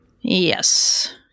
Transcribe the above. Yes